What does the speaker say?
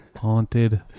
Haunted